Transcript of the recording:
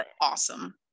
awesome